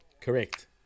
Correct